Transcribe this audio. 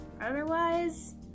otherwise